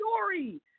story